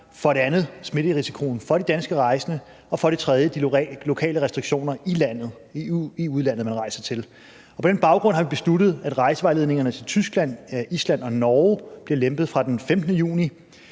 For det andet er der smitterisikoen for de danske rejsende. Og for det tredje er der de lokale restriktioner i udlandet, man rejser til. På den baggrund har vi besluttet, at rejsevejledningerne til Tyskland, Island og Norge bliver lempet fra den 15. juni.